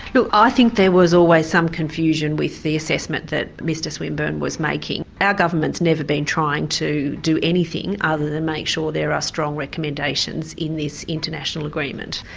so i think there was always some confusion with the assessment that mr swinburne was making. our government's never been trying to do anything other than make sure there are strong recommendations in this international agreement.